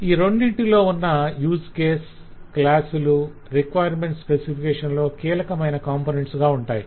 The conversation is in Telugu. ఈ రెండింటిలో ఉన్న యూస్ కేసు క్లాస్ లు రిక్వైర్మెంట్స్ స్పెసిఫికేషన్ లో కీలకమైన కాంపొనెంట్స్ గా ఉంటాయి